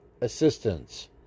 assistance